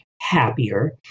happier